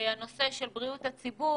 בריאות חשוב,